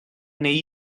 neu